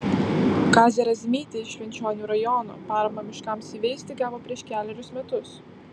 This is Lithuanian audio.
kazė razmytė iš švenčionių rajono paramą miškams įveisti gavo prieš kelerius metus